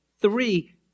three